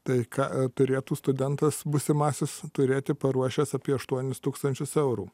tai ką turėtų studentas būsimasis turėti paruošęs apie aštuonis tūkstančius eurų